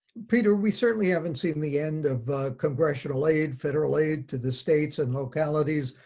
peter, we certainly haven't seen the end of a congressional aid, federal aid to the states and localities,